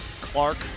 Clark